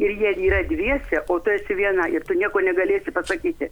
ir jie yra dviese o tu esi viena ir tu nieko negalėsi pasakyti